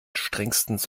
strengstens